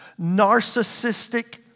narcissistic